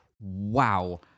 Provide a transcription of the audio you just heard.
Wow